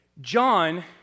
John